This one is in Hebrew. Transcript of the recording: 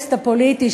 לקונטקסט הפוליטי,